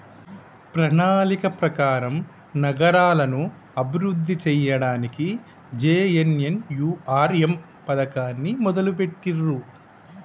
ప్రణాళిక ప్రకారం నగరాలను అభివృద్ధి సేయ్యడానికి జే.ఎన్.ఎన్.యు.ఆర్.ఎమ్ పథకాన్ని మొదలుబెట్టిర్రు